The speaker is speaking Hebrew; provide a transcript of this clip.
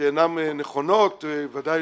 שאינן נכונות, ודאי